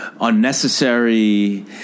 Unnecessary